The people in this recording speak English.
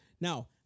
Now